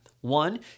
One